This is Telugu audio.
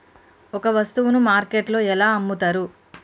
ఒక వస్తువును మార్కెట్లో ఎలా అమ్ముతరు?